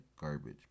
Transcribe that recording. garbage